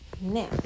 Now